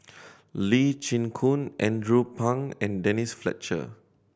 Lee Chin Koon Andrew Phang and Denise Fletcher